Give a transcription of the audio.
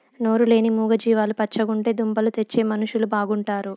నోరు లేని మూగ జీవాలు పచ్చగుంటే దుంపలు తెచ్చే మనుషులు బాగుంటారు